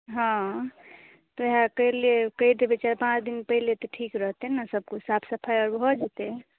हँ तऽ वएह कहलिए कहि देबै चारि पाँच दिन पहिले तऽ ठीक रहतै ने सबकिछु साफ सफाइ आओर भऽ जएतै